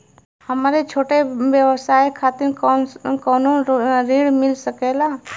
हमरे छोट व्यवसाय खातिर कौनो ऋण मिल सकेला?